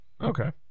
Okay